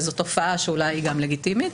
שזו תופעה שאולי היא לגיטימית,